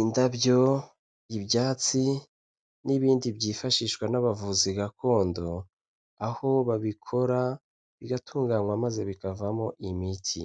Indabyo, ibyatsi n'ibindi byifashishwa n'abavuzi gakondo, aho babikora bigatunganywa maze bikavamo imiti.